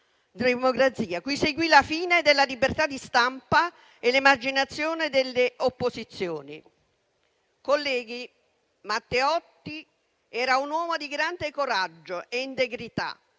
cui seguirono la fine della libertà di stampa e l'emarginazione delle opposizioni. Colleghi, Matteotti era un uomo di grande coraggio e integrità,